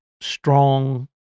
strong